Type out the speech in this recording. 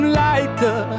lighter